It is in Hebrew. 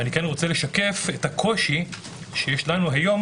אני רוצה לשקף את הקושי שיש לנו היום